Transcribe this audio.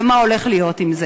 ומה הולך להיות עם זה?